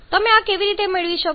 તમે આ કેવી રીતે મેળવી શકો છો